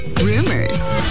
rumors